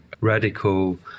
radical